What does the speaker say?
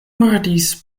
mordis